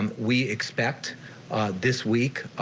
um we expect this week.